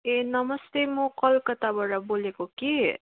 ए नमस्ते म कलकताबाट बोलेको कि